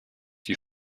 die